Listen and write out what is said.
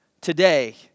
Today